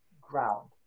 ground